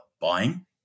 buying